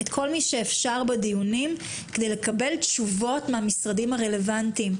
את כל מי שאפשר בדיונים כדי לקבל תשובות מן המשרדים הרלוונטיים,